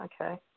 okay